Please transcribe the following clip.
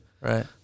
Right